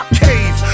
cave